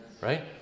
right